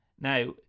Now